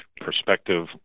perspective